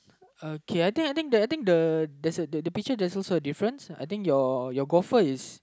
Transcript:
okay I think I think the I think the there's the picture there doesn't so different I think your your golf is